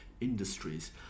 industries